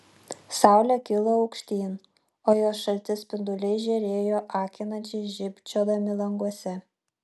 saulė kilo aukštyn o jos šalti spinduliai žėrėjo akinančiai žybčiodami languose